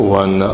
one